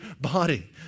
body